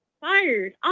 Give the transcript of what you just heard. fired